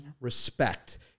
respect